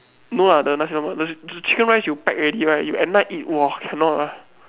no lah the nasi-lemak the the chicken rice you pack already right you at night eat !wah! cannot ah